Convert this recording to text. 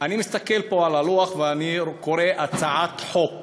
אני מסתכל פה על הלוח ואני קורא: הצעת חוק